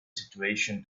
situation